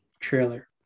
trailer